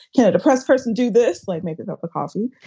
yeah depressed person do this, like make it up because. and